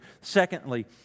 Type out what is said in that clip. Secondly